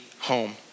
home